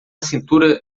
cintura